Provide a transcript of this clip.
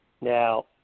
Now